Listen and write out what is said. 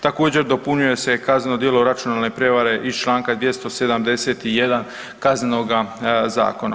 Također, dopunjuje se kazneno djelo računalne prijevare iz čl. 271 Kaznenoga zakona.